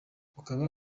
ukaba